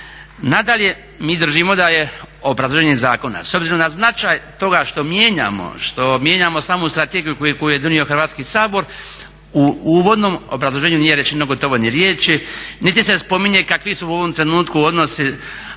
Nadalje, mi držimo da je obrazloženje zakona s obzirom na značaj toga što mijenjamo, što mijenjamo samu strategiju koju je donio Hrvatski sabor u uvodnom obrazloženju nije rečeno gotovo ni riješi niti se spominje kakvi su u ovom trenutku odnosi